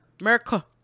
America